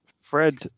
Fred